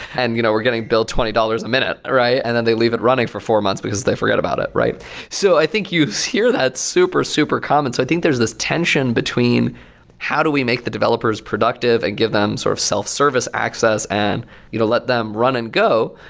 and you know we're getting billed twenty dollars a minute, and then they leave it running for four months because they forgot about it. so i think you hear that super, super common. so i think there's this tension between how do we make the developers productive and give them sort of self-service access and you know let them run and go?